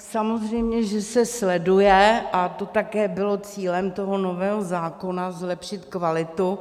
Samozřejmě že se sleduje, a to také bylo cílem nového zákona zlepšit kvalitu.